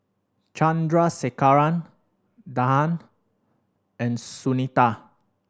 Chandrasekaran Dhyan and Sunita